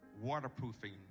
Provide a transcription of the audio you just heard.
waterproofing